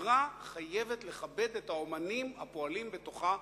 חברה חייבת לכבד את האמנים הפועלים בתוכה,